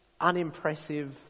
unimpressive